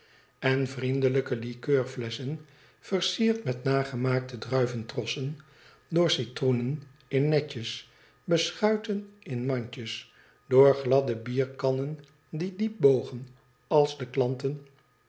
vaatjes vriendelijke likeurflesschen versierd met nagemaakte druiventrossen door citroenen in netjes beschuiten in mandjes door gladde biericannen die diep bogen als den klanten